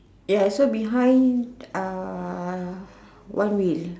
ya so behind uh one wheel